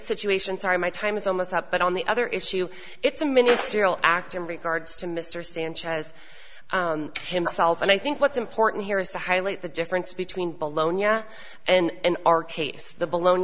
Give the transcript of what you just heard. situations are my time is almost up but on the other issue it's a ministerial act in regards to mr sanchez himself and i think what's important here is to highlight the difference between below nya and our case the baloney